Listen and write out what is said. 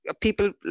people